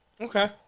Okay